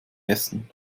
essen